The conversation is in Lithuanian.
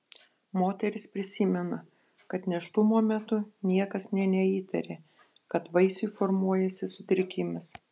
moteris prisimena kad nėštumo metu niekas nė neįtarė kad vaisiui formuojasi sutrikimas